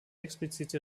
explizite